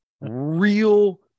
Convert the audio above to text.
real